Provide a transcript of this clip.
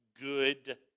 good